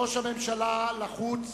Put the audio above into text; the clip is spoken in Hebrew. ראש הממשלה לחוץ